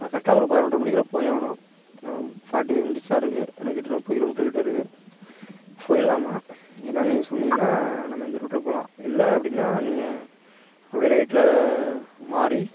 நான் கரெக்டாக ஒரு பதினொன்ற மணிக்குள்ளே போயாகணும் இன்னும் ஃபாட்டி பைவ் மினிட்ஸ் தான் இருக்குது முப்பது கிலோ மீட்டர் கிட்ட இருக்கு போயிடலாமா என்னென்னு நீங்கள் சொன்னிங்கனா நம்ம இந்த ரூட்டில் போகலாம் இல்லை அப்படினா நீங்கள் அப்படியே ரைட்டில் மாறி